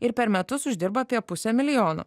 ir per metus uždirba apie pusę milijono